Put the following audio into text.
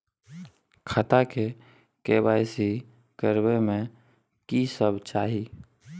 खाता के के.वाई.सी करबै में की सब चाही?